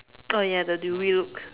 oh ya the dewy look